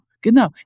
genau